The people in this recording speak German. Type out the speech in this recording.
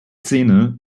szene